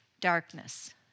darkness